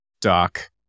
Doc